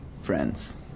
friends